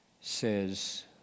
says